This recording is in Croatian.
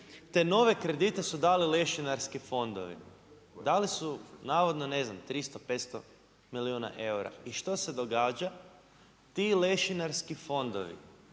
Te nove kredite su dali lešinarski fondovi, dali su navodno, ne znam, 300, 500 milijuna eura, i što se događa? Ti lešinarski fondovi